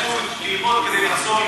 אם הוא יצא רק כדי ללמוד,